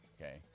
okay